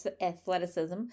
athleticism